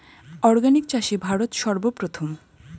organic চাষে ভারত সর্বপ্রথম